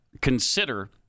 consider